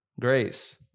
Grace